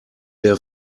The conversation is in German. der